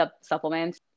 supplements